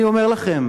אני אומר לכם,